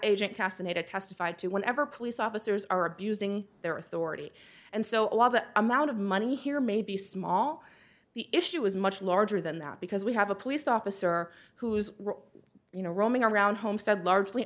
agent cassidy to testify to whenever police officers are abusing their authority and so all that amount of money here may be small the issue is much larger than that because we have a police officer who's you know roaming around homestead largely